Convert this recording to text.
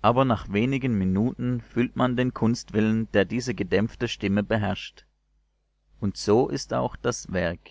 aber nach wenigen minuten fühlt man den kunstwillen der diese gedämpfte stimme beherrscht und so ist auch das werk